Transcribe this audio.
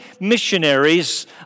missionaries